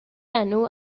enw